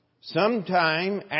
sometime